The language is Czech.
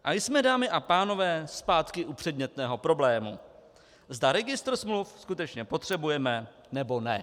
A jsme, dámy a pánové, zpátky u předmětného problému, zda registr smluv skutečně potřebujeme, nebo ne.